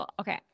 okay